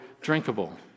drinkable